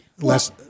Less